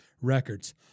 Records